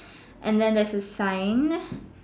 and then there's a sign